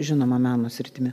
žinoma meno sritimi